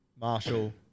Marshall